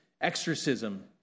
exorcism